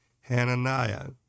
Hananiah